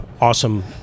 awesome